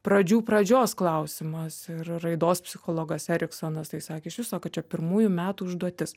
pradžių pradžios klausimas ir raidos psichologas eriksonas tai sakė iš viso kad čia pirmųjų metų užduotis